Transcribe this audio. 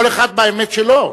כל אחד והאמת שלו.